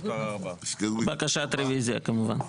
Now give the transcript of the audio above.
הסתייגות מספר 4. בקשת רביזיה, כמובן.